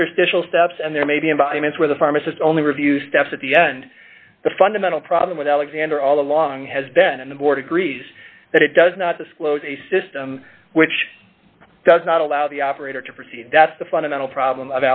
interest ishall steps and there may be environments where the pharmacist only review steps at the end the fundamental problem with alexander all along has been and the board agrees that it does not disclose a system which does not allow the operator to proceed that's the fundamental problem